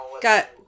got